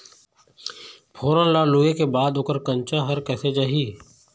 फोरन ला लुए के बाद ओकर कंनचा हर कैसे जाही?